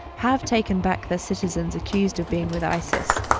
have taken back their citizens accused of being with isis.